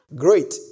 Great